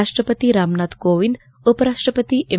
ರಾಷ್ಟಪತಿ ರಾಮನಾಥ್ ಕೋವಿಂದ್ ಉಪ ರಾಷ್ಟಪತಿ ಎಂ